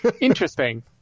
Interesting